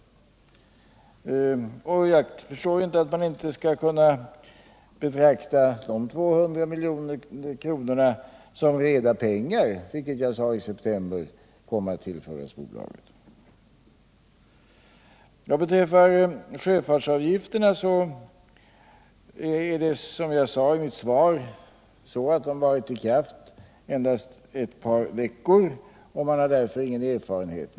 Jag förstår inte varför man inte skall kunna betrakta dessa 200 miljoner som reda pengar, vilka som jag i september sade kommer att tillföras bolaget. Vad sjöfartsavgifterna beträffar har de, som jag sade i mitt svar, varit i kraft endast ett par veckor, och man har alltså inte fått någon erfarenhet av dem.